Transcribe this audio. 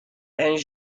and